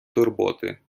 турботи